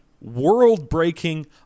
world-breaking